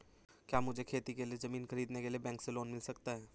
क्या मुझे खेती के लिए ज़मीन खरीदने के लिए बैंक से लोन मिल सकता है?